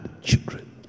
children